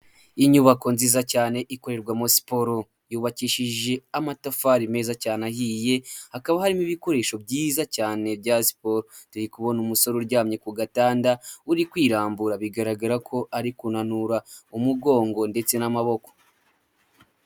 Inyubako nziza cyane ikorerwamo siporo, yubakishije amatafari meza cyane ahiye, hakaba harimo ibikoresho byiza cyane bya siporo. turi kubona umusore uryamye ku gatanda uri kwirambura bigaragara ko ari kunanura umugongo ndetse n'amaboko.